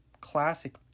classic